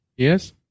Yes